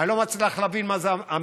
אני לא מצליח להבין מה זה המיעוט.